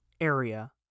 area